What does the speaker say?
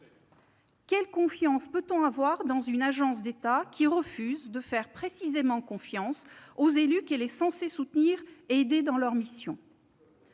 Quelle confiance peut-on avoir dans une agence de l'État qui, précisément, refuse de faire confiance aux élus qu'elle est censée soutenir et aider dans leurs missions ?